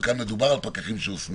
וכאן מדובר על פקחים שהוסמכו,